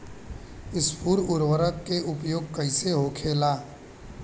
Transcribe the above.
स्फुर उर्वरक के उपयोग कईसे होखेला?